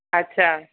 अच्छा